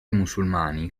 musulmani